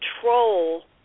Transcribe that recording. control